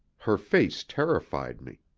her face terrified me.